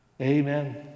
amen